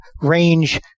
range